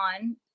on